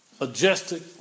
majestic